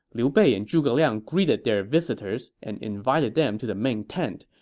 liu bei and zhuge liang greeted their visitors and invited them to the main tent,